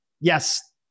yes